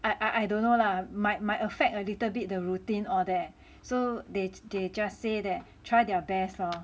I I I don't know lah might might affect a little bit the routine all that so they they just say that try their best lor